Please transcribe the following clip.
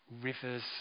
rivers